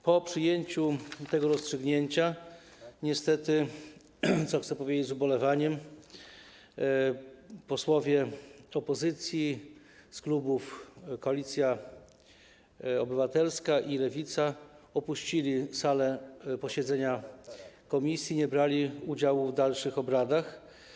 Po przyjęciu tego rozstrzygnięcia niestety - co chcę powiedzieć z ubolewaniem - posłowie opozycji z klubów Koalicja Obywatelska i Lewica, opuścili salę posiedzenia komisji i nie brali udziału w dalszych obradach.